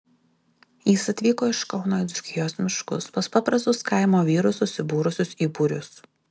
jis atvyko iš kauno į dzūkijos miškus pas paprastus kaimo vyrus susibūrusius į būrius